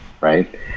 right